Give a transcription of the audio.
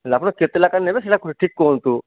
ହେଲେ ଆପଣ କେତେ ଲାଖା ନେବେ ସେଇଟା ଖୋଲି ଠିକ କୁହନ୍ତୁ